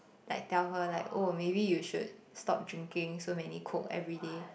like tell her like oh maybe you should stop drinking so many Coke everyday